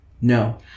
no